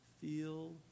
feel